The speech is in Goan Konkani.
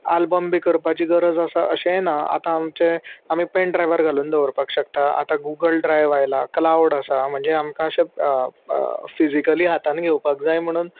आल्बम बी करपाची गरज आसा अशेंय ना आतां आमचे आमी पेन ड्रायवर घालून दवरपाक शकता आतां गुगल ड्रायव आयला क्लावड आसा म्हणजे आमकां अशे फिजिकली हातान घेवपाक जाय म्हणून